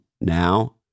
Now